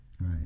Right